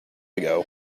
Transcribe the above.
ago